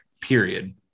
period